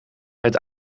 het